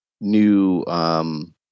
new